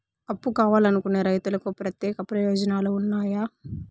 అప్పు కావాలనుకునే రైతులకు ప్రత్యేక ప్రయోజనాలు ఉన్నాయా?